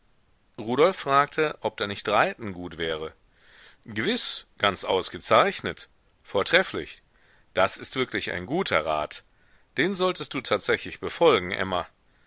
rudolf fragte ob da nicht reiten gut wäre gewiß ganz ausgezeichnet vortrefflich das ist wirklich ein guter rat den solltest du tatsächlich befolgen emma